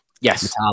Yes